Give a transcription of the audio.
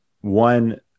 one